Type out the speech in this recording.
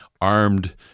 armed